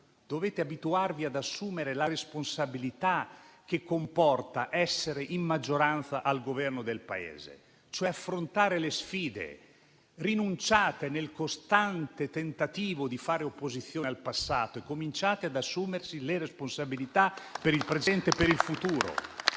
dovete abituarvi ad assumervi la responsabilità che comporta essere in maggioranza e al governo del Paese, cioè affrontare le sfide. Rinunciate al costante tentativo di fare opposizione al passato e cominciate ad assumervi le responsabilità per il presente e per il futuro.